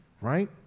right